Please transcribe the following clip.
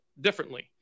differently